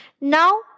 Now